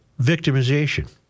victimization